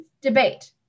debate